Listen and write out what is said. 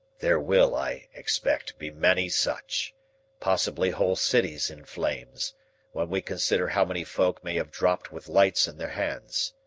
there will, i expect, be many such possibly whole cities in flames when we consider how many folk may have dropped with lights in their hands.